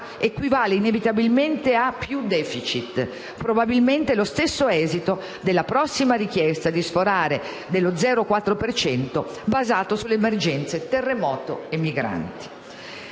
equivale inevitabilmente a più *deficit*, probabilmente lo stesso esito della prossima richiesta di sforare dello 0,4 per cento, basata sulle emergenze terremoto e migranti.